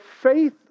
faith